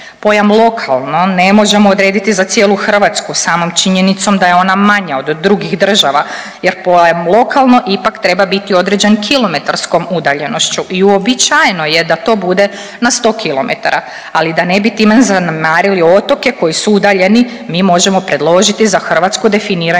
Pojam lokalno ne možemo odrediti za cijeli Hrvatsku samom činjenicom da je ona manja od drugih država jer pojam lokalno ipak treba biti određen kilometarskom udaljenošću i uobičajeno je da to bude na 100 kilometara, ali da ne bi time zanemarili otoke koji su udaljeni mi možemo predložiti za Hrvatsku definiranje